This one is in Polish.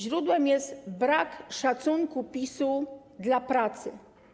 Źródłem jest brak szacunku PiS-u dla pracy.